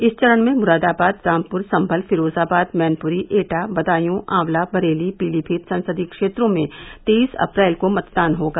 इस चरण में मुरादाबाद रामपुर संभल फिरोजाबाद मैनपुरी एटा बदायूँ ऑवला बरेली पीलीभीत संसदीय क्षेत्रों में तेईस अप्रैल को मतदान होगा